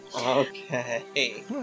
okay